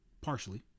partially